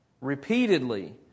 repeatedly